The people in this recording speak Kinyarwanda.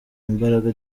imbaraga